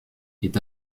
est